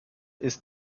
ist